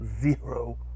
zero